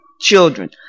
children